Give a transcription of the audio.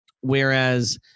whereas